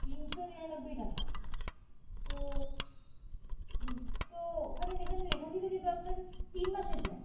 তিনশো নিরানব্বই টাকা তো তো ওখানে যেখানে লেখা ছিলো যেটা আপনাদের তিন মাসের প্ল্যান